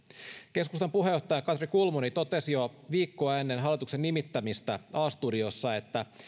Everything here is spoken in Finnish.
keskustan puheenjohtaja katri kulmuni totesi jo viikkoa ennen hallituksen nimittämistä a studiossa että